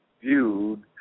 viewed